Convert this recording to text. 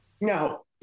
No